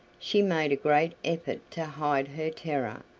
she made a great effort to hide her terror,